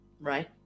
Right